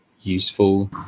useful